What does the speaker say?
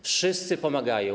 Wszyscy pomagają.